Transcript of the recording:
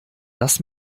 lass